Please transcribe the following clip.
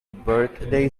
birthday